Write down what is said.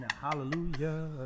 Hallelujah